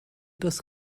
das